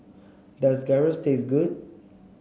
does Gyros taste good